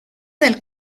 del